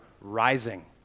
rising